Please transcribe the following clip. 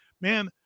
man